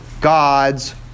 God's